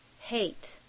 hate